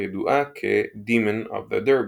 הידועה כ"Demon of the Derby"